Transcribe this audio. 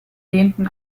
lehnten